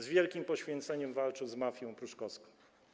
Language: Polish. Z wielkim poświęceniem walczył z mafią pruszkowską.